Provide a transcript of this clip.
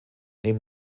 neben